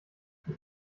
ich